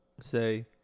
say